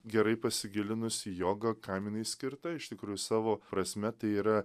gerai pasigilinus į jogą kam jinai skirta iš tikrųjų savo prasme tai yra